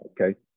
okay